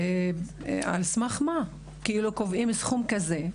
על סמך מה כאילו קובעים סכום כזה,